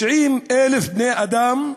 90,000 בני-אדם,